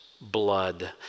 blood